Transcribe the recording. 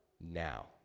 now